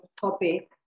topic